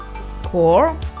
score